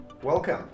Welcome